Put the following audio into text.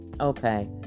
Okay